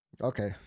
Okay